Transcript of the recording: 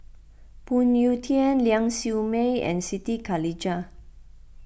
Phoon Yew Tien Ling Siew May and Siti Khalijah